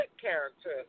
character